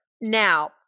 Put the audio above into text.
Now